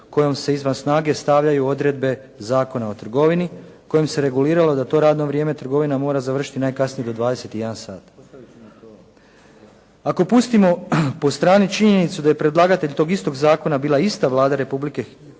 kojom se izvan snage stavljaju odredbe Zakona o trgovini kojim se reguliralo da to radno vrijeme trgovina mora završiti najkasnije do 21,00 sat. Ako pustimo po strani činjenicu da je predlagatelj tog isto zakona bila ista Vlada Republike Hrvatske